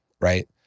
right